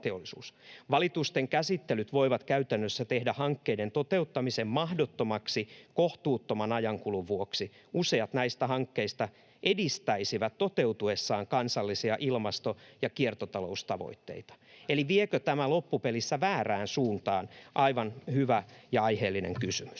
”Valitusten käsittelyt voivat käytännössä tehdä hankkeiden toteuttamisen mahdottomaksi kohtuuttoman ajankulun vuoksi. Useat näistä hankkeista edistäisivät toteutuessaan kansallisia ilmasto‑ ja kiertotaloustavoitteita.” Eli viekö tämä loppupelissä väärään suuntaan? Aivan hyvä ja aiheellinen kysymys.